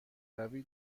روی